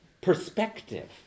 perspective